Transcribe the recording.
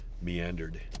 meandered